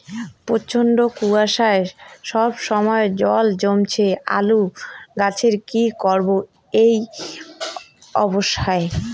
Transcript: প্রচন্ড কুয়াশা সবসময় জল জমছে আলুর গাছে কি করব এই অবস্থায়?